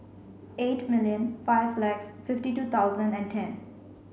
eight million five lakhs fifty two thousand and ten